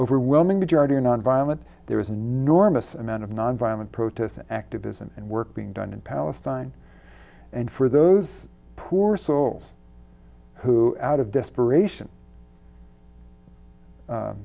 overwhelming majority are nonviolent there is an enormous amount of nonviolent protest and activism and work being done in palestine and for those poor souls who out of desperation